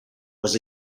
was